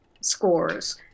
scores